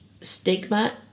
stigma